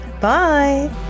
Bye